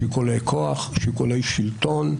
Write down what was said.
שיקולי כוח, שיקולי שלטון.